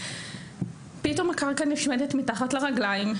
פתאום הקרקע נשמטת מתחת לרגליים.